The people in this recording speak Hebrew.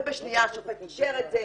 ובשנייה השופט אישר את זה.